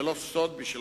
זה לא סוד בשבילך.